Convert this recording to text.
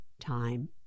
time